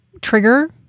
trigger